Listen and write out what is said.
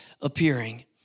appearing